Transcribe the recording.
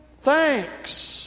thanks